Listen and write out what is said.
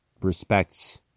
respects